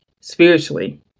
spiritually